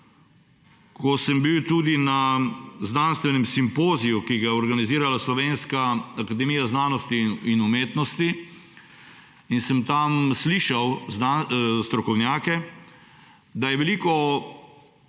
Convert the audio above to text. ko sem bil tudi na znanstvenem simpoziju, ki ga je organizirala Slovenska akademija znanosti in umetnosti, in sem tam slišal strokovnjake, da je veliko arhivskega